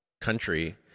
country